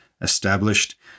established